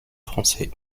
français